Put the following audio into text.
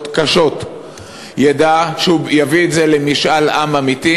קשות ידע שהוא יביא את זה למשאל עם אמיתי,